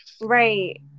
right